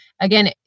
again